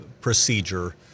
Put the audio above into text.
procedure